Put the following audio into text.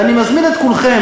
ואני מזמין את כולכם,